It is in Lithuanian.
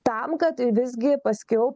tam kad visgi paskiau